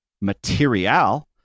material